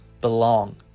belong